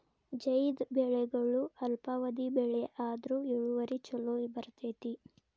ಝೈದ್ ಬೆಳೆಗಳು ಅಲ್ಪಾವಧಿ ಬೆಳೆ ಆದ್ರು ಇಳುವರಿ ಚುಲೋ ಬರ್ತೈತಿ